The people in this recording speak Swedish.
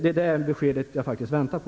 Det är det beskedet jag faktiskt väntar på.